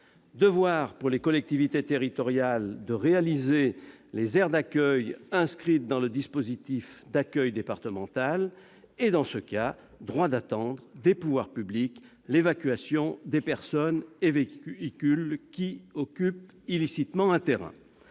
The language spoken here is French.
devoir pour les collectivités territoriales de réaliser les aires d'accueil inscrites dans le dispositif d'accueil départemental et, dans ce cas, droit d'attendre des pouvoirs publics l'évacuation des personnes et véhicules qui occupent illicitement un terrain.